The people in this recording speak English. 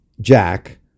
jack